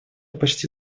почти